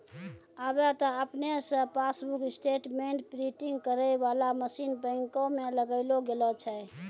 आबे त आपने से पासबुक स्टेटमेंट प्रिंटिंग करै बाला मशीन बैंको मे लगैलो गेलो छै